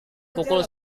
pukul